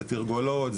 זה תרגולות,